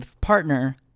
partner